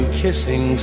kissing